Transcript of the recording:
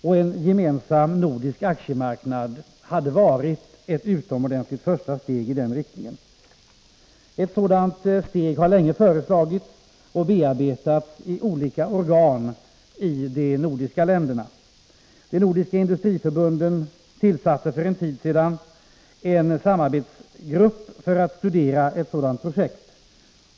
Och en gemensam nordisk aktiemarknad hade varit ett utomordentligt första steg i den riktningen. Ett sådant steg har länge varit på förslag och bearbetats i olika organ i de nordiska länderna. De nordiska industriförbunden tillsatte för en tid sedan en samarbetsgrupp för att studera ett sådant projekt.